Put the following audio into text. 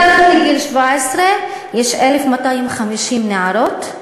מתחת לגיל 17 יש 1,250 נערות.